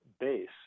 base